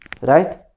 Right